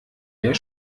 der